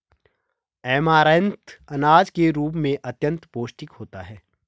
amaranth अनाज के रूप में अत्यंत पौष्टिक होता है